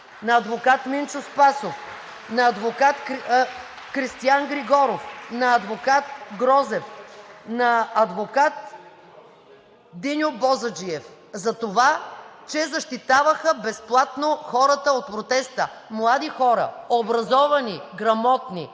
от ИБГНИ и ДБ), на адвокат Кристиян Григоров, на адвокат Грозев, на адвокат Диньо Бозаджиев, за това, че защитаваха безплатно хората от протеста – млади хора, образовани, грамотни.